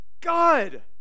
God